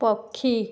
ପକ୍ଷୀ